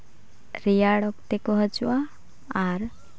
ᱨᱮᱭᱟᱲ ᱚᱠᱛᱮ ᱠᱚ ᱦᱤᱡᱩᱜᱼᱟ ᱟᱨ